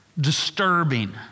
disturbing